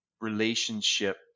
relationship